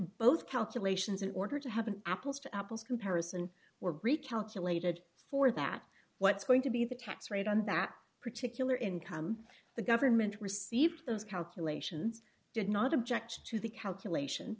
both calculations in order to have an apples to apples comparison were breech calculated for that what's going to be the tax rate on that particular income the government received those calculations did not object to the calculation